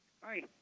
Hi